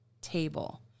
table